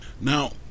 Now